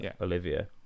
Olivia